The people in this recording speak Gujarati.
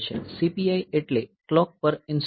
CPI એટલે ક્લોક પર ઇન્સટ્રકશન